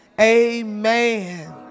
Amen